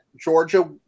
Georgia